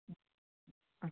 ம் ஆ